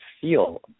feel